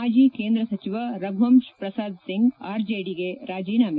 ಮಾಜಿ ಕೇಂದ್ರ ಸಚಿವ ರಘುವಂಶ್ ಪ್ರಸಾದ್ ಸಿಂಗ್ ಆರ್ಜೆಡಿಗೆ ರಾಜೀನಾಮೆ